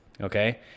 okay